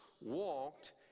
walked